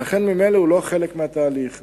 ולכן ממילא הוא לא חלק מהתהליך.